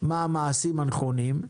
מה המעשים הנכונים?